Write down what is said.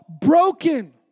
broken